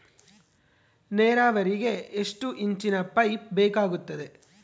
ನೇರಾವರಿಗೆ ಎಷ್ಟು ಇಂಚಿನ ಪೈಪ್ ಬೇಕಾಗುತ್ತದೆ?